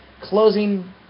closing